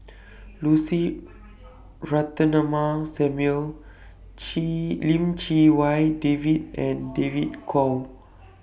Lucy Ratnammah Samuel Chee Lim Chee Wai David and David Kwo